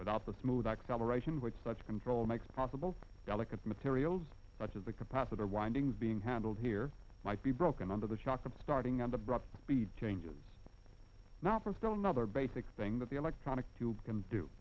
without the smooth acceleration which such control makes possible delicate materials such as the capacitor windings being handled here might be broken under the shock of starting and abrupt speed changes not from still another basic thing that the electronics can do